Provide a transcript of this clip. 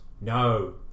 No